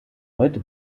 heute